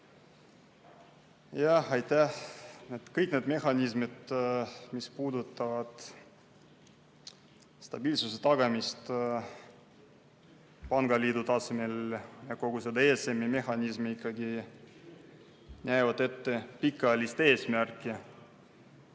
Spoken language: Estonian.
Aitäh! Kõik need mehhanismid, mis puudutavad stabiilsuse tagamist pangaliidu tasemel ja kogu seda ESM‑i mehhanismi, ikkagi näevad ette pikaajalist eesmärki.